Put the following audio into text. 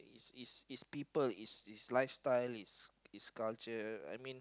its its people its its lifestyle its its culture I mean